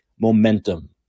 momentum